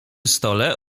stole